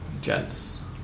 gents